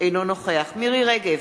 אינו נוכח מירי רגב,